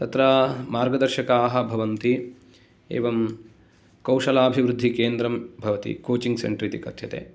तत्र मार्गदर्शकाः भवन्ति एवं कौशलाभिवृद्धिकेन्द्रं भवति कोचिङ् सेन्डर् इति कथ्यते